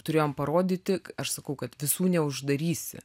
turėjom parodyti aš sakau kad visų neuždarysi